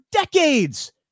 decades